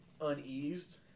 uneased